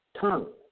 tongue